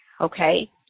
okay